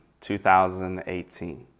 2018